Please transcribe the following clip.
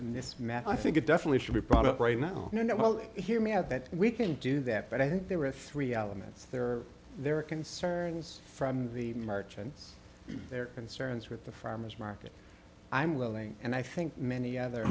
in this matter i think it definitely should be brought up right now you know well hear me out that we can do that but i think there were three elements there are there are concerns from the merchants their concerns with the farmers market i'm willing and i think many other